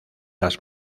las